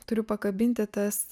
turiu pakabinti tas